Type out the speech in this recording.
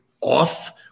off